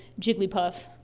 Jigglypuff